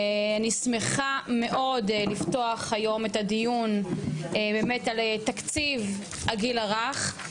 אני שמחה מאוד לפתוח היום את הדיון באמת על תקציב הגיל הרך,